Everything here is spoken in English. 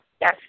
Yes